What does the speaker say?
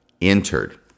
entered